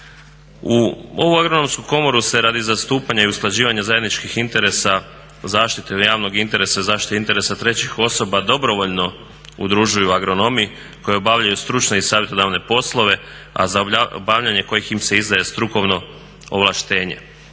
U ovu Agronomsku komoru se radi zastupanja i usklađivanja zajedničkih interesa zaštite javnog interesa i zaštite interesa trećih osoba dobrovoljno udružuju agronomi koji obavljaju stručne i savjetodavne poslove, a za obavljanje kojih im se izdaje strukovno ovlaštenje.